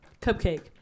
Cupcake